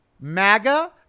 MAGA